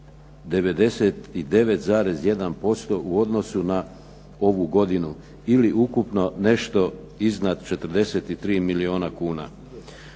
99,1% u odnosu na ovu godinu ili ukupno nešto iznad 43 milijuna kuna.